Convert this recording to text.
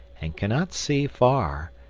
and cannot see far,